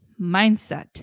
mindset